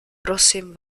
prosím